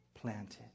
planted